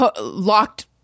locked